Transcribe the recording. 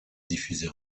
diffusé